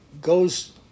goes